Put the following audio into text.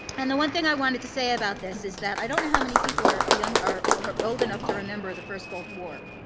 and the one thing i wanted to say about this is that, i don't know how many people are are young are are old enough to remember the first gulf war,